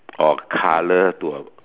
or colour to a